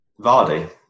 Vardy